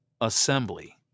assembly